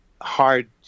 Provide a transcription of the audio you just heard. hard